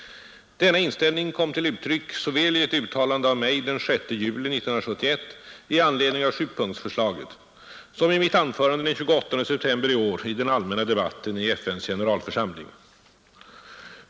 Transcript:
Denna inställning kom till uttryck såväl i ett uttalande av mig den 6 juli 1971 i anledning av sjupunktsförslaget som i mitt anförande den 28 september i år i den allmänna debatten i FN:s generalförsamling.